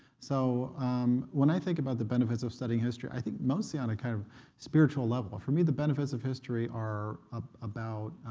so when i think about the benefits of studying history, i think mostly on a kind of spiritual level. for me, the benefits of history are ah about